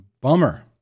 Bummer